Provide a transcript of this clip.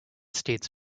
states